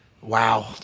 wow